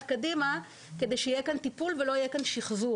קדימה כדי שיהיה כאן טיפול ולא שחזור,